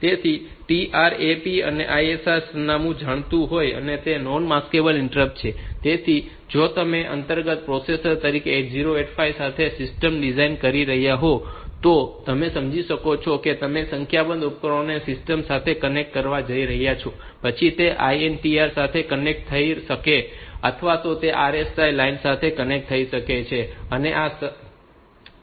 તેથી TRAP માટે ISR સરનામું જાણીતું છે અને તે નોન માસ્કેબલ ઇન્ટરપ્ટ છે તેથી જો તમે અંતર્ગત પ્રોસેસર તરીકે 8085 સાથે સિસ્ટમ ડિઝાઇન કરી રહ્યાં હોવ તો તમે સમજી શકો છો કે તમે સંખ્યાબંધ ઉપકરણોને સિસ્ટમ સાથે કનેક્ટ કરવા જઈ રહ્યા છો પછી તે INTR સાથે કનેક્ટ થઈ શકે છે અથવા તેઓ આ RST લાઈનો સાથે કનેક્ટ થઈ શકે છે અને આ તમામ વિક્ષેપોમાં સૌથી મહત્વપૂર્ણ છે